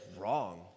wrong